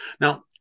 now